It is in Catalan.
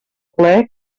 plaer